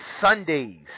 sundays